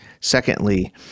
secondly